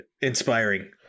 inspiring